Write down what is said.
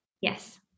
Yes